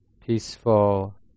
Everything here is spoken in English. peaceful